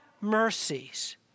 mercies